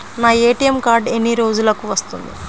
నా ATM card ఎన్ని రోజులకు వస్తుంది?